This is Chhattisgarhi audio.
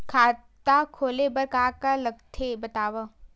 खाता खोले बार का का लगथे बतावव?